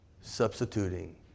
substituting